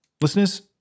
Listeners